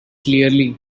clearly